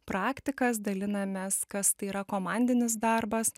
praktikas dalinamės kas tai yra komandinis darbas